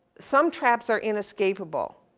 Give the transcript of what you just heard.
some traps are inescapable.